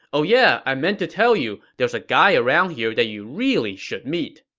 oh yeah, i meant to tell you, there's a guy around here that you really should meet.